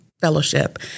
fellowship